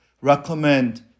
recommend